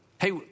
hey